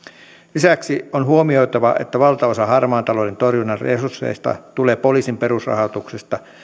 lisäksi on huomioitava että valtaosa harmaan talouden torjunnan resursseista tulee poliisin perusrahoituksesta